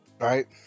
Right